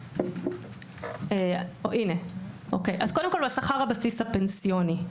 קודם כל בשכר הבסיס הפנסיוני,